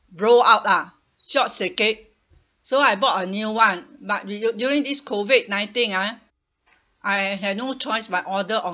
grow out lah short circuit so I bought a new [one] but du~ du~ during this COVID nineteen ah I had no choice but order online